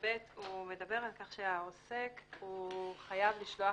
13ב מדבר על כך שהעוסק חייב לשלוח